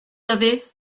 avez